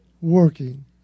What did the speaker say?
working